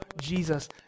Jesus